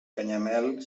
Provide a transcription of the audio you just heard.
canyamel